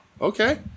Okay